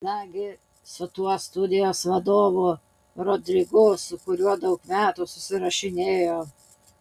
nagi su tuo studijos vadovu rodrigu su kuriuo daug metų susirašinėjo